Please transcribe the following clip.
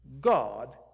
God